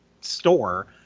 store –